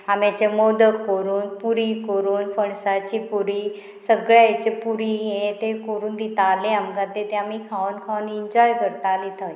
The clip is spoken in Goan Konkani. आम्याचे मोदक कोरून पुरी करून फणसाची पुरी सगळ्याचे पुरी हे ते करून दिताले आमकां ते ते आमी खावन खावन इन्जॉय करताली थंय